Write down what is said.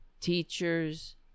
teachers